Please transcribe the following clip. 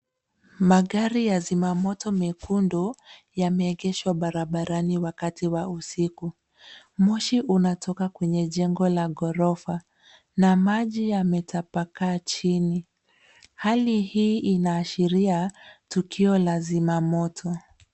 Magari ya zimamoto mekundu yameegeshwa barabarani wakati wa usiku. Moshi unatoka kwenye jengo la ghorofa na maji yametapakaa chini. Hali hii inaashiria tukio la zima moto.